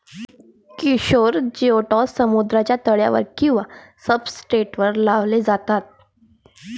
किशोर जिओड्स समुद्राच्या तळावर किंवा सब्सट्रेटवर लावले जातात